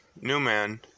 Newman